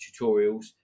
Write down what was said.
tutorials